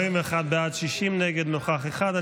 41 בעד, 60 נגד, נוכח אחד.